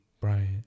Bryant